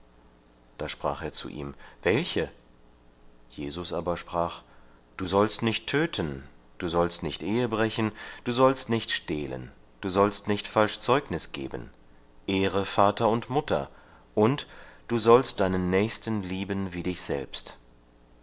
da sprach er zu ihm welche jesus aber sprach du sollst nicht töten du sollst nicht ehebrechen du sollst nicht stehlen du sollst nicht falsch zeugnis geben ehre vater und mutter und du sollst deinen nächsten lieben wie dich selbst